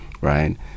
right